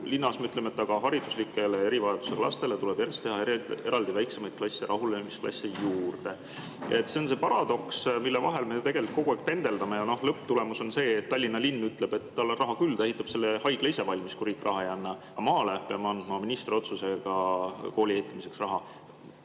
linnas me ütleme, et hariduslike erivajadustega lastele tuleb juurde teha eraldi väiksemaid klasse, rahunemisklasse. See on paradoks, mille vahel me ju tegelikult kogu aeg pendeldame. Lõpptulemus on see, et Tallinna linn ütleb, et tal on raha küll, ta ehitab selle haigla ise valmis, kui riik raha ei anna, aga maale peame andma ministri otsusega kooli ehitamiseks raha.